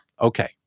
Okay